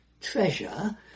treasure